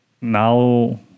now